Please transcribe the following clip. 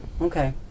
Okay